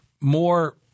more